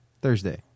Thursday